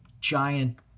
giant